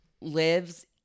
lives